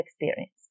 experience